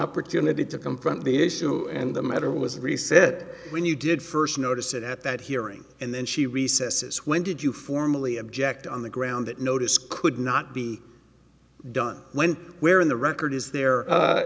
opportunity to confront the issue and the matter was reset when you did first notice it at that hearing and then she recesses when did you formally object on the ground that notice could not be done when where in the record is there